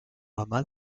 mamá